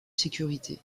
sécurité